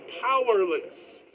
powerless